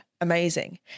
Amazing